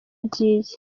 agiye